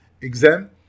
exam